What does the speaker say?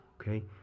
Okay